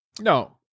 No